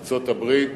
ארצות-הברית,